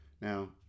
Now